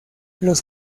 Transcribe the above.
los